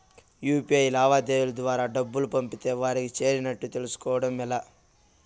UPI లావాదేవీల ద్వారా డబ్బులు పంపితే వారికి చేరినట్టు తెలుస్కోవడం ఎలా?